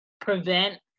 prevent